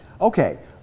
Okay